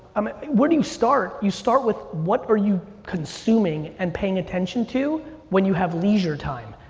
um where do you start? you start with what are you consuming and paying attention to when you have leisure time.